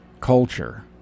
culture